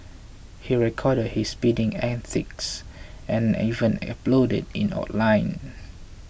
he recorded his speeding antics and even uploaded it online